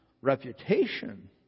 reputation